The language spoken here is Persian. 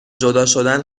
جداشدن